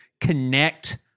connect